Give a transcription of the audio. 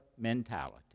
mentality